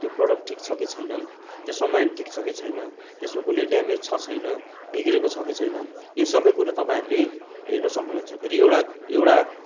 त्यो प्रडक्ट ठिक छ कि छैन त्यो सामान ठिक छ कि छैन त्यसमा कुनै ड्यामेज छ छैन बिग्रेको छ कि छैन यो सबै कुरो तपाईँहरूले हेर्नु सक्नुहुन्छ फेरि एउटा एउटा